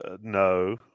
no